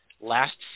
Last